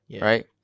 Right